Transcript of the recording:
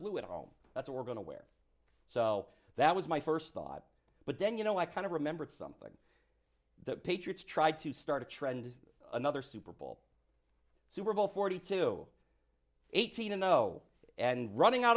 blue at home that's all we're going to wear so that was my first thought but then you know i kind of remembered something that patriots tried to start a trend another super bowl super bowl forty two eighteen uno and running out